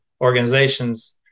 organization's